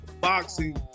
boxing